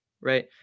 right